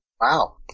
Wow